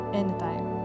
anytime